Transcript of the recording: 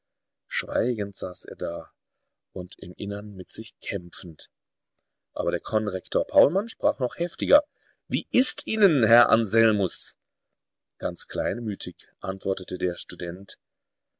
schweigend saß er da und im innern mit sich kämpfend aber der konrektor paulmann sprach noch heftiger wie ist ihnen herr anselmus ganz kleinmütig antwortete der student